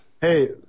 Hey